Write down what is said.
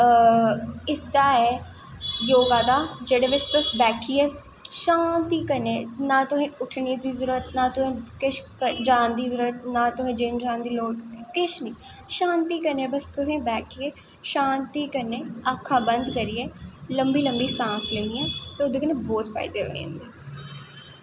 हिस्सा ऐ योगा दा जेह्दे बिच तुस बैठियै शांति कन्नै ना तुसें उट्ठने दी जरूरत ना तुसें किश जान दी जरूरत ना तुसें जिम जाने दी लोड़ निं किश निं शांति कन्नै बस तुसें बैठियै शांति कन्नै अक्खां बंद करियै लंबी लंबी सांस लैनी ऐ ते ओह्दे कन्नै बहोत फायदे होने न